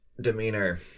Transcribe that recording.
demeanor